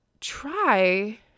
try